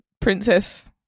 princess